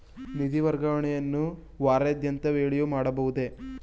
ನಿಧಿ ವರ್ಗಾವಣೆಯನ್ನು ವಾರಾಂತ್ಯದ ವೇಳೆಯೂ ಮಾಡಬಹುದೇ?